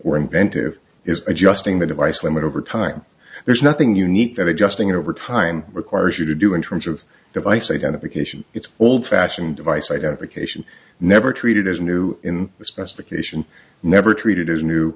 or inventive is adjusting the device limit over time there's nothing unique that adjusting over time requires you to do in terms of device identification it's old fashioned device identification never treated as new in the specification never treated as new